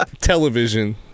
television